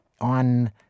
on